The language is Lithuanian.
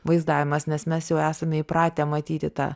vaizdavimas nes mes jau esame įpratę matyti tą